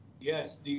Yes